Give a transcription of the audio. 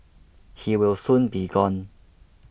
he will soon be gone